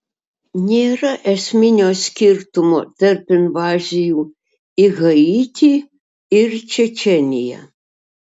nėra esminio skirtumo tarp invazijų į haitį ir čečėniją